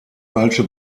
falsche